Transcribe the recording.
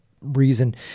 reason